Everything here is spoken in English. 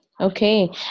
okay